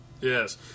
Yes